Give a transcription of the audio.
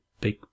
big